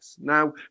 Now